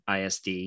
ISD